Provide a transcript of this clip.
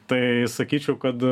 tai sakyčiau kad